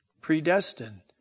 Predestined